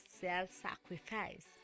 self-sacrifice